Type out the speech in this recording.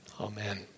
Amen